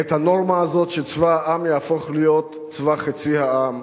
את הנורמה הזאת שצבא העם יהפוך להיות צבא חצי העם,